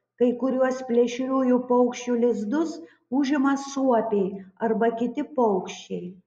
kai kuriuos plėšriųjų paukščių lizdus užima suopiai arba kiti paukščiai